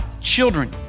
children